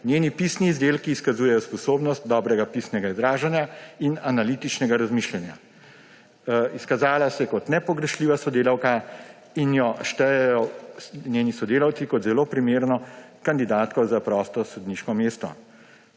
Njeni pisni izdelki izkazujejo sposobnost dobrega pisnega izražanja in analitičnega razmišljanja. Izkazala se je kot nepogrešljiva sodelavka in jo štejejo njeni sodelavci kot zelo primerno kandidatko za prosto sodniško mesto.